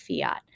fiat